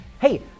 Hey